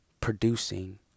producing